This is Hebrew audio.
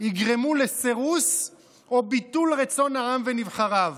יגרמו לסירוס או לביטול רצון העם ונבחריו.